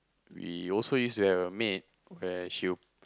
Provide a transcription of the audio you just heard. we also used to have a maid where she will